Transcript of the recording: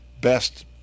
best